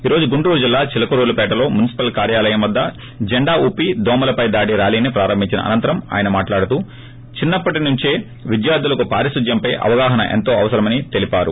ఈ రోజు గుంటూరు జిల్లా చిలకలూరిపేట లో మున్పిపల్ కార్యాలయం వద్ద జెండాను ఊపి దోమలపై దాడి ర్యాలీని ప్రారంభించిన అనంతరం ఆయన మాట్లాడుతూ చిన్పప్పటి నుంచే విద్యార్లులకు పారిశుధ్యంపై అవగాహన ఎంతో అవసరమని తెలిపారు